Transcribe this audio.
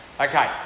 Okay